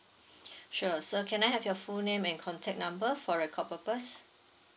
sure so can I have your full name and contact number for record purpose